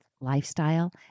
lifestyle